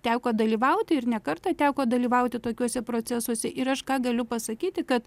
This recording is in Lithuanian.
teko dalyvauti ir ne kartą teko dalyvauti tokiuose procesuose ir aš ką galiu pasakyti kad